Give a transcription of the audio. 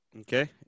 Okay